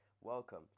Welcome